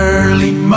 early